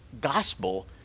gospel